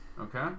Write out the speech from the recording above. Okay